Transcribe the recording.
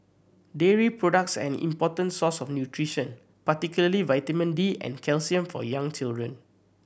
dairy products are an important source of nutrition particularly vitamin D and calcium for young children